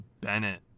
Bennett